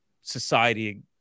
society